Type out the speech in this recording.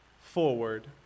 forward